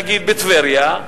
נגיד בטבריה,